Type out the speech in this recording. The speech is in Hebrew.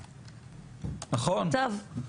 מוסי,